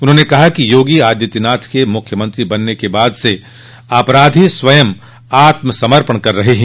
उन्होंने कहा कि योगी आदित्यनाथ के मूख्यमंत्री बनने के बाद से अपराधी स्वयं आत्म समर्पण कर रहे है